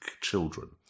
children